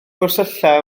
gwersylla